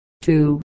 two